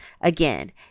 Again